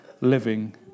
living